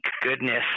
goodness